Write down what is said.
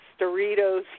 Doritos